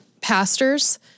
Pastors